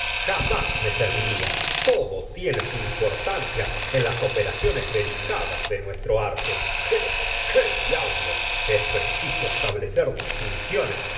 jamás me serviría todo tiene su importancia en las operaciones delicadas de nuestro arte pero qué diablo es preciso establecer distinciones